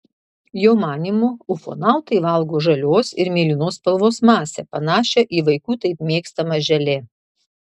jo manymu ufonautai valgo žalios ir mėlynos spalvos masę panašią į vaikų taip mėgstamą želė